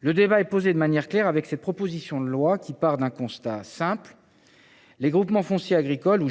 Le débat est posé de manière claire avec cette proposition de loi qui part d’un constat simple : les groupements fonciers agricoles,